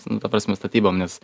nu ta prasme statybom nes